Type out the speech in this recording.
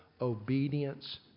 obedience